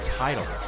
title